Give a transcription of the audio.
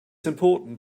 important